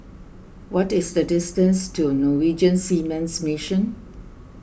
what is the distance to Norwegian Seamen's Mission